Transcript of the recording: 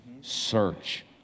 search